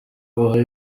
guha